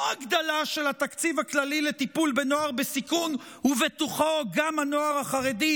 לא הגדלה של התקציב הכללי לטיפול בנוער בסיכון ובתוכו גם הנוער החרדי,